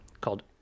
called